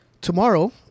tomorrow